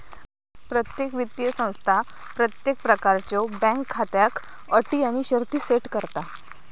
प्रत्येक वित्तीय संस्था प्रत्येक प्रकारच्यो बँक खात्याक अटी आणि शर्ती सेट करता